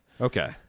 Okay